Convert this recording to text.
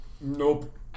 nope